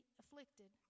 afflicted